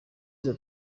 izo